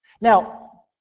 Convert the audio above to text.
Now